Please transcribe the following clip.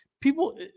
People